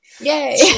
Yay